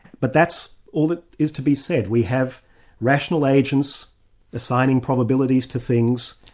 but that's all that is to be said. we have rational agents assigning probabilities to things,